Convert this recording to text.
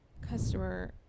customer